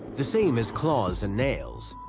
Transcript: the same as claws and nails,